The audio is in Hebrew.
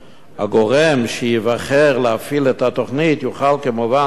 הגורם שייבחר להפעיל את התוכנית יוכל כמובן לבחור